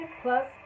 plus